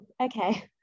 okay